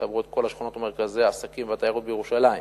שיחברו את כל השכונות ומרכזי העסקים והתיירות בירושלים